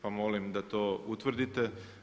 Pa molim da to utvrdio.